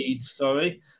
sorry